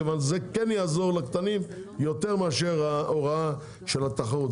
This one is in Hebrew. מכיוון שזה כן יעזור לקטנים מאשר ההוראה של התחרות.